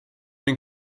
den